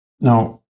Now